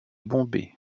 bombay